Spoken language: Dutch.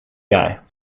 jaar